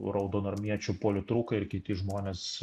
raudonarmiečių politrukai ir kiti žmonės